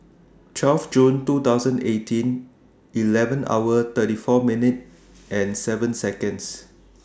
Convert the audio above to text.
twelve June two thousand eighteen eleven hour thirty four minutes seven Seconds